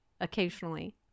occasionally